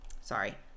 sorry